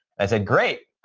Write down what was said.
i said, great.